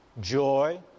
Joy